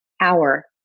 hour